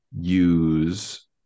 use